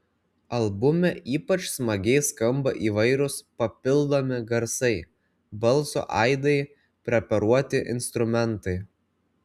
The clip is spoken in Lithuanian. albume ypač smagiai skamba įvairūs papildomi garsai balso aidai preparuoti instrumentai